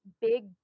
big